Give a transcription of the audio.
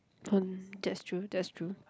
that's true that's true